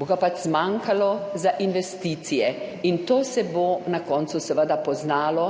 bo ga pač zmanjkalo za investicije in to se bo na koncu seveda poznalo